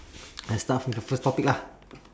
I start from the first topic ah